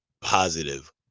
positive